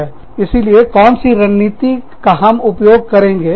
इसीलिए कौन सी रणनीति का हम उपयोग करेंगे